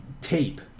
tape